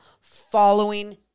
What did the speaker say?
following